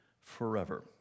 forever